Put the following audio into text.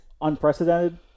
unprecedented